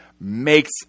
makes